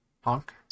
Honk